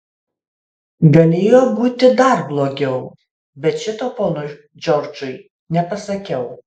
galėjo būti dar blogiau bet šito ponui džordžui nepasakiau